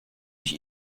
ich